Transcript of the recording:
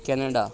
Canada